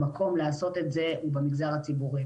המקום לעשות את זה הוא במגזר הציבורי,